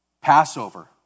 Passover